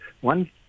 One